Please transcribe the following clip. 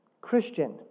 Christian